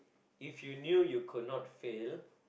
if you knew you could not fail